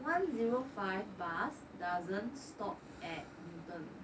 one zero five bus doesn't stop at newton